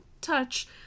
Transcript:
touch